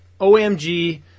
OMG